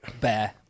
Bear